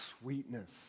sweetness